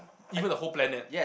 even the whole planet